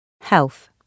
Health